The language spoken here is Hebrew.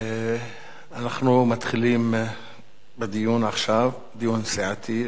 אנחנו מתחילים עכשיו בדיון, דיון סיעתי.